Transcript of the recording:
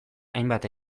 hainbat